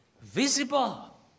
visible